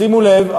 שימו לב,